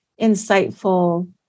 insightful